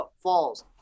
falls